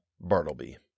Bartleby